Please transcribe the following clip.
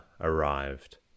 arrived